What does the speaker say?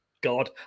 God